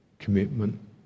commitment